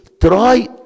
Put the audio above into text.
Try